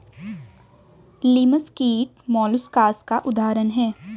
लिमस कीट मौलुसकास का उदाहरण है